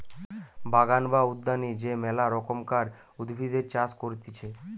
বাগান বা উদ্যানে যে মেলা রকমকার উদ্ভিদের চাষ করতিছে